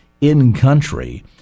in-country